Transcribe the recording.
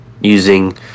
using